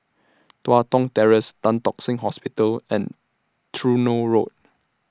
Tua Kong Terrace Tan Tock Seng Hospital and Truro Road